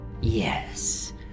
Yes